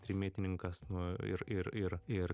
trimitininkas nuo ir ir ir ir